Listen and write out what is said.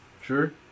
Sure